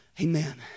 Amen